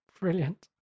Brilliant